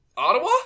Ottawa